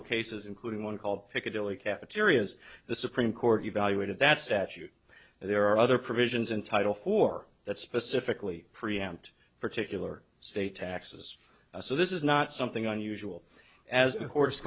of cases including one called piccadilly cafeterias the supreme court evaluated that statute there are other provisions in title for that specifically preempt particular state taxes so this is not something unusual as the horse